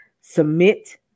submit